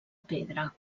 pedra